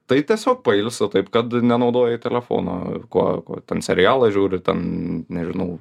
tai tiesiog pailsiu taip kad nenaudoju telefono ko ko ten serialą žiūri ten nežinau